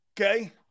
Okay